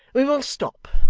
we will stop,